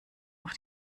auf